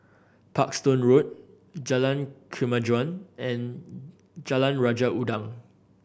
Parkstone Road Jalan Kemajuan and Jalan Raja Udang